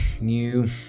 new